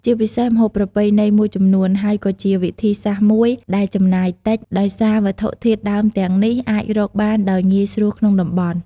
ជាពិសេសម្ហូបប្រពៃណីមួយចំនួន ហើយក៏ជាវិធីសាស្ត្រមួយដែលចំណាយតិច ដោយសារវត្ថុធាតុដើមទាំងនេះអាចរកបានដោយងាយស្រួលក្នុងតំបន់។